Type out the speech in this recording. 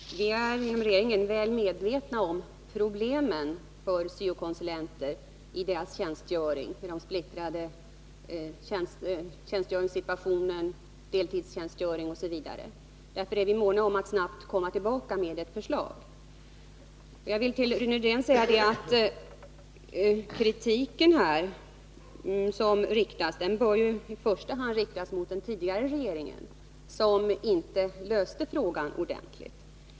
Herr talman! Vi är inom regeringen väl medvetna om problemen för syo-konsulenterna i deras splittrade tjänstgöringssituation med deltidstjänstgöring osv. Därför är vi måna om att snabbt komma tillbaka till riksdagen med ett förslag. Jag vill till Rune Rydén säga att den kritik som förs fram i första hand bör riktas mot den tidigare regeringen, som inte löste problemet ordentligt.